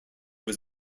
was